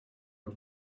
got